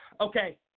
Okay